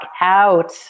out